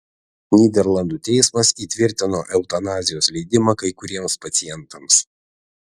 nyderlandų teismas įtvirtino eutanazijos leidimą kai kuriems pacientams